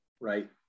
right